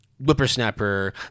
whippersnapper